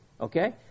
Okay